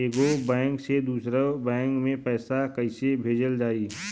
एगो बैक से दूसरा बैक मे पैसा कइसे भेजल जाई?